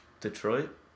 Detroit